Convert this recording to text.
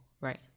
right